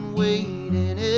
waiting